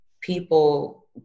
people